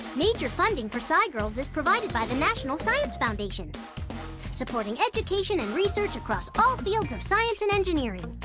major funding for scigirls is provided by the national science foundation supporting education and research across all fields of science and engineering.